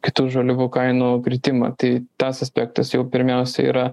kitų žaliavų kainų kritimą tai tas aspektas jau pirmiausia yra